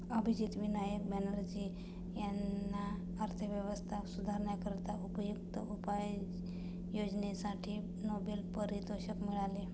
अभिजित विनायक बॅनर्जी यांना अर्थव्यवस्था सुधारण्याकरिता उपयुक्त उपाययोजनांसाठी नोबेल पारितोषिक मिळाले